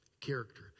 character